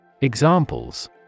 Examples